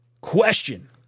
question